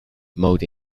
mode